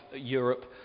Europe